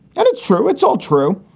and it's true. it's all true.